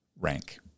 rank